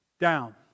down